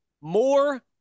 More